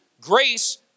Grace